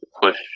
push